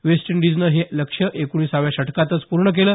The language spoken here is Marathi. वेस्ट इंडिजनं हे लक्ष्य एकोणीसाव्या षटकातच पूर्ण केलं